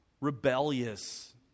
rebellious